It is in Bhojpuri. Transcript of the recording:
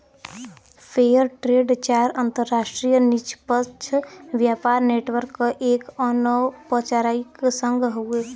फेयर ट्रेड चार अंतरराष्ट्रीय निष्पक्ष व्यापार नेटवर्क क एक अनौपचारिक संघ हउवे